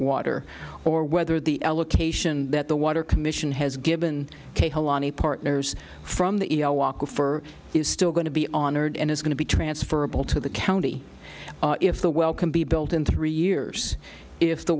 water or whether the allocation that the water commission has given me partners from the for is still going to be honored and is going to be transferable to the county if the well can be built in three years if the